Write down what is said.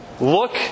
Look